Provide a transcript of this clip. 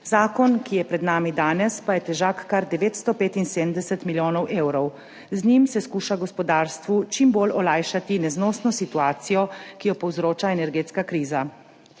Zakon, ki je pred nami danes, pa je težak kar 975 milijonov evrov. Z njim se skuša gospodarstvu čim bolj olajšati neznosno situacijo, ki jo povzroča energetska kriza.